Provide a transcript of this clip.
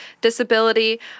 disability